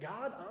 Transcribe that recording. God